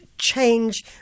Change